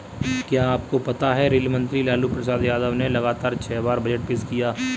क्या आपको पता है रेल मंत्री लालू प्रसाद यादव ने लगातार छह बार बजट पेश किया?